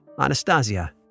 Anastasia